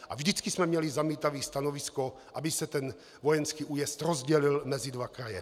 A vždycky jsme měli zamítavé stanovisko, aby se vojenský újezd rozdělil mezi dva kraje.